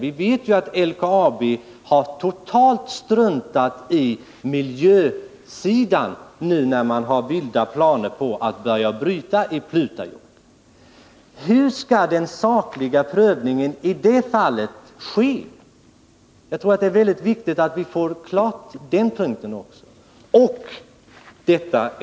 Vi vet ju att LKAB totalt struntat i miljösidan nu när det finns vilda planer på att påbörja brytning i Pleutajokk. Hur skall den sakliga prövningen ske i det fallet? Jag tror att det är väldigt viktigt att vi får klarhet även på den punkten.